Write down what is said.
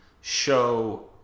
show